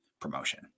promotion